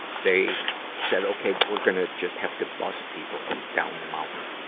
they said, okay. we're gonna just have to bus people down the mountain.